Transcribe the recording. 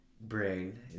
brain